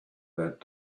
that